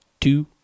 two